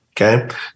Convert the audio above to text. Okay